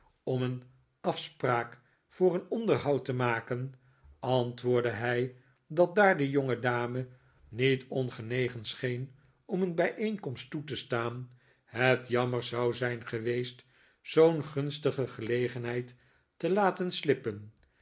om een afspraak voor een onderhoud te maken antwoordde hij dat daar de jongedame niet ongenegen scheen om een bijeenkomst toe te staan het jammer zou zijn geweest zoo'n gunstige gelegenheid te laten slippen